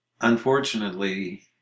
unfortunately